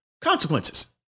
consequences